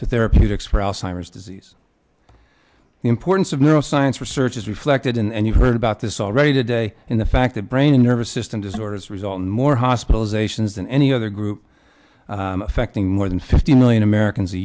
to therapeutics for alzheimer's disease the importance of neuroscience research is reflected in and you heard about this already today in the fact that brain and nervous system disorders result in more hospitalizations in any other group affecting more than fifty million americans a